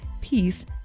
peace